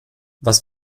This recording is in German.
was